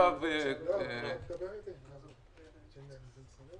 הוא בא ואומר